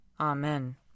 Amen